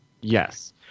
Yes